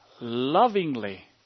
lovingly